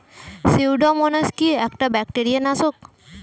Pseudomonas কি একটা bacteria নাশক?